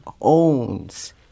owns